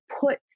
put